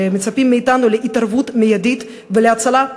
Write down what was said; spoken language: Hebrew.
שמצפים מאתנו להתערבות מיידית ולהצלה,